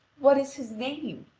what is his name?